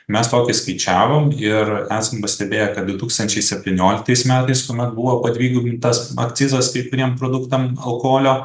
mes tokį skaičiavom ir esam pastebėję kad du tūkstančiai septynioliktais metais kuomet buvo padvigubintas akcizas kai kuriem produktam alkoholio